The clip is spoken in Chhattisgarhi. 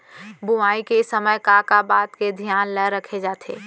बुआई के समय का का बात के धियान ल रखे जाथे?